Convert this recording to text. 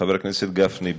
חבר הכנסת גפני,